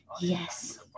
Yes